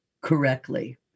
correctly